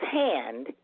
hand